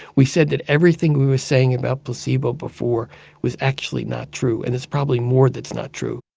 we said that everything we were saying about placebo before was actually not true, and there's probably more that's not true